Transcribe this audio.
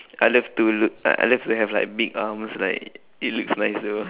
I love to l~ I love to have like big arms like it looks nicer